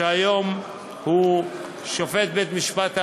שהיום הוא שופט בית-המשפט העליון,